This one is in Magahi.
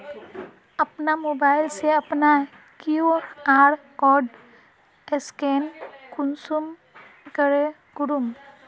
अपना मोबाईल से अपना कियु.आर कोड स्कैन कुंसम करे करूम?